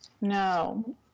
No